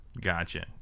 Gotcha